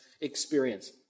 experience